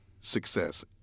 success